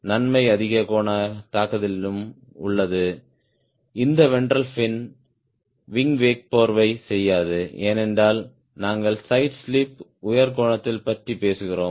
நன்மை அதிக கோண தாக்குதலில் உள்ளது இந்த வென்ட்ரல் ஃபின் விங் வெக் போர்வை செய்யாது ஏனென்றால் நாங்கள் சைடு ஸ்லிப் உயர் கோணத்தைப் பற்றி பேசுகிறோம்